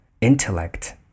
intellect